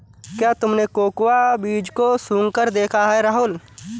क्या तुमने कोकोआ बीज को सुंघकर देखा है राहुल?